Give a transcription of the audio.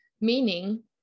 Meaning